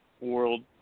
world